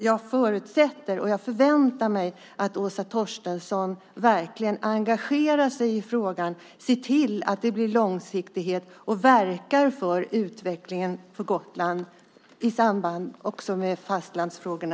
Jag förutsätter och förväntar mig att Åsa Torstensson verkligen engagerar sig i frågan, ser till att det blir en långsiktig lösning och verkar för en positiv utveckling för Gotland, även i förhållande till fastlandsfrågorna.